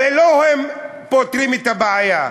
הרי לא הם פותרים את הבעיה,